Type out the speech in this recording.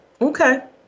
Okay